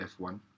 F1